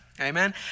Amen